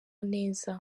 neza